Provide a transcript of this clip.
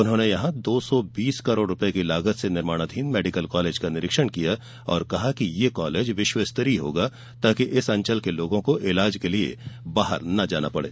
उन्होंने यहां दो सौ बीस करोड़ रुपये की लागत से निर्माणाधीन मेड़ीकल कालेज का निरीक्षण किया और कहा कि ये कॉलेज विश्वस्तरीय होगा ताकि इस अंचल के लोगों को इलाज के लिए बाहर न जाना पड़े